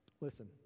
Listen